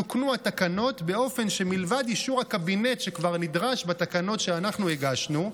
תוקנו התקנות באופן שמלבד אישור הקבינט שכבר נדרש בתקנות שהגשנו,